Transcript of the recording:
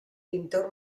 pintor